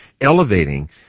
elevating